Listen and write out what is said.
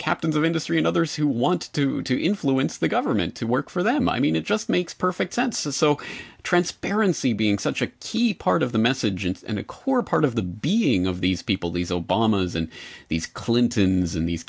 captains of industry and others who want to to influence the government to work for them i mean it just makes perfect sense and so transparency being such a key part of the message and a core part of the being of these people these obama's and these clintons and these